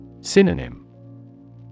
Synonym